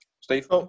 Steve